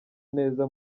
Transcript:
neza